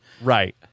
right